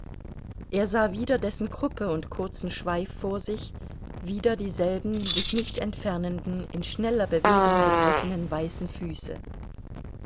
er sah wieder dessen kruppe und kurzen schweif vor sich wieder dieselben sich nicht entfernenden in schneller bewegung begriffenen weißen füße